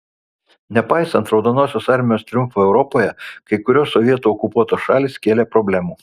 nepaisant raudonosios armijos triumfo europoje kai kurios sovietų okupuotos šalys kėlė problemų